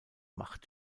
macht